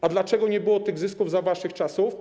A dlaczego nie było tych zysków za waszych czasów?